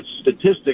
statistics